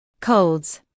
Colds